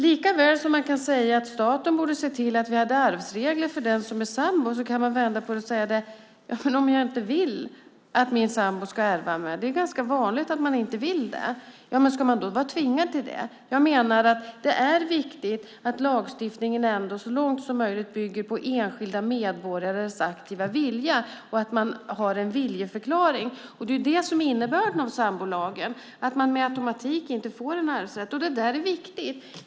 Likaväl som man kan säga att staten borde se till att vi hade arvsregler för sambor kan man vända på det och säga: Men om jag inte vill att min sambo ska ärva mig? Det är ganska vanligt att man inte vill det. Ska man då vara tvingad till det? Det är viktigt att lagstiftningen så långt som möjligt bygger på enskilda medborgares aktiva vilja och att man har en viljeförklaring. Det är det som är innebörden i sambolagen. Man får inte en arvsrätt med automatik. Det är viktigt.